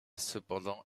cependant